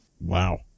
Wow